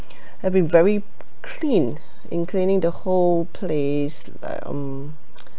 have been very clean in cleaning the whole place like um